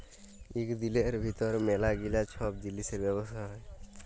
ইক দিলের ভিতর ম্যালা গিলা ছব জিলিসের ব্যবসা হ্যয়